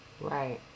Right